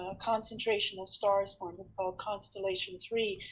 ah concentration of stars formed. it's called constellation three.